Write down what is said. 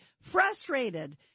frustrated